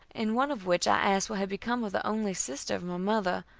in one of which i asked what had become of the only sister of my mother,